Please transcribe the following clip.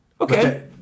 Okay